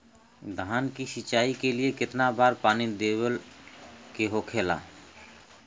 धान की सिंचाई के लिए कितना बार पानी देवल के होखेला?